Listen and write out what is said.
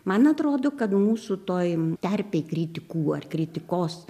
man atrodo kad mūsų toj terpėj kritikų ar kritikos